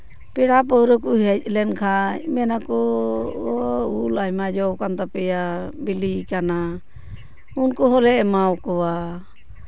ᱯᱮᱲᱟ ᱯᱟᱲᱦᱟᱹ ᱠᱚ ᱦᱮᱡ ᱞᱮᱱᱠᱷᱟᱱ ᱢᱮᱱ ᱟᱠᱚ ᱩᱞ ᱟᱭᱢᱟ ᱡᱚ ᱠᱟᱱ ᱛᱟᱯᱮᱭᱟ ᱵᱤᱞᱤᱭ ᱠᱟᱱᱟ ᱩᱞ ᱠᱚᱦᱚᱸ ᱞᱮ ᱮᱢᱟᱣ ᱠᱚᱣᱟ